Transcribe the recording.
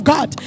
God